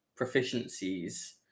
proficiencies